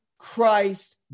Christ